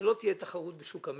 שלא תהיה תחרות בשוק המלט,